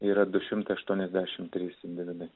yra du šimtai aštuoniasdešimt trys mylimi